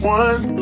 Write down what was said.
one